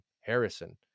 Harrison